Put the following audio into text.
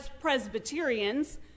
Presbyterians